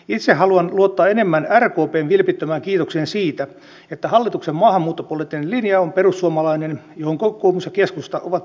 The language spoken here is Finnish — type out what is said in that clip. itse haluan luottaa enemmän rkpn vilpittömään kiitokseen siitä että hallituksen maahanmuuttopoliittinen linja on perussuomalainen ja siihen kokoomus ja keskusta ovat myöntyneet